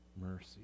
mercy